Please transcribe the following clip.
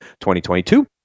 2022